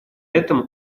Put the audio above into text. этом